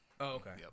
Okay